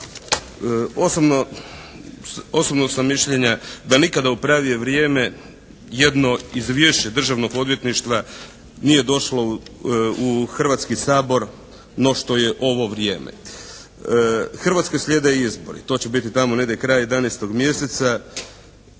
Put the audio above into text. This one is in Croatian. Osobno sam mišljenja da nikada u pravije vrijeme jedno izvješće Državnog odvjetništva nije došlo u Hrvatski sabor no što je ovo vrijeme. Hrvatskoj sljede izbori. To će biti tamo negdje kraj 11. mjeseca